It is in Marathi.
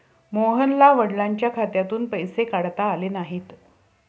मोहनला वडिलांच्या खात्यातून पैसे काढता आले नाहीत